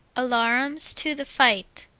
alarums to the fight,